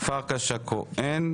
פרקש הכהן.